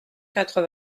quatre